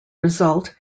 result